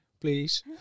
Please